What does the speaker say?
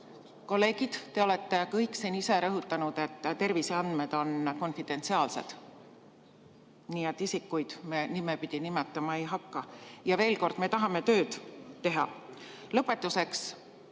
kolleegid, te olete kõik siin ise rõhutanud, et terviseandmed on konfidentsiaalsed. Nii et isikuid me nimepidi nimetama ei hakka. Ja veel kord: me tahame tööd teha. Lõpetuseks,